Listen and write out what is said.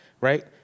Right